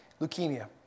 Leukemia